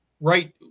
right